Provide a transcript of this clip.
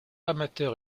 amateur